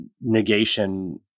negation